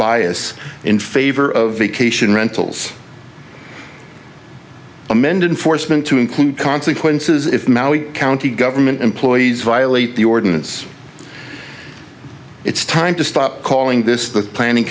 bias in favor of vacation rentals amended foresman to include consequences if maui county government employees violate the ordinance it's time to stop calling this the planning